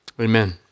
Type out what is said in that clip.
Amen